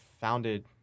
founded